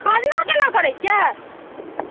खरना केना करयै छियै